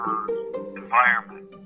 environment